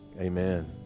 Amen